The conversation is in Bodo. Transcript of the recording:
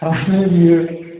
तारमाने बेयो